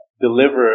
deliver